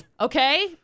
okay